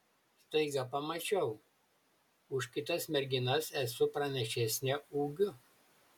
staiga pamačiau už kitas merginas esu pranašesnė ūgiu